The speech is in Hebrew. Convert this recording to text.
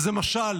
וזה משל